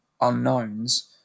unknowns